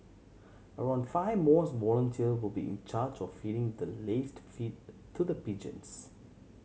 around five mosque volunteers will be in charge of feeding the laced feed to the pigeons